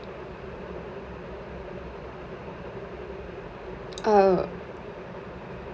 oh